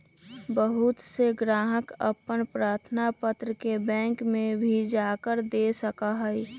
बहुत से ग्राहक अपन प्रार्थना पत्र के बैंक में भी जाकर दे सका हई